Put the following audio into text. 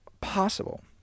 possible